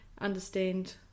understand